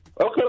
Okay